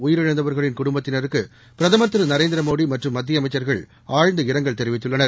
உயிரிழந்தவர்களின் குடும்பத்தினருக்கு பிரதமர் திரு நரேந்திரமோடி மற்றும் மத்திய அமைச்சர்கள் ஆழ்ந்த இரங்கல் தெரிவித்துள்ளனர்